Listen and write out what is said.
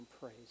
praise